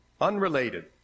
unrelated